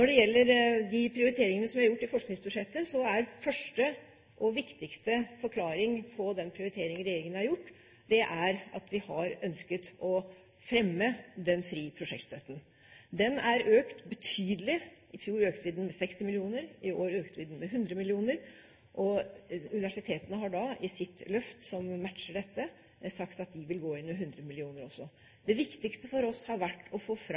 det gjelder de prioriteringene som er gjort i forskningsbudsjettet, er første og viktigste forklaring på den prioritering regjeringen har gjort, at vi har ønsket å fremme den frie prosjektstøtten. Den er økt betydelig; i fjor økte vi den med 60 mill. kr, i år økte vi den med 100 mill. kr. Universitetene har i sitt løft, som matcher dette, sagt at også de vil gå inn med 100 mill. kr. Det viktigste for oss har vært å få fram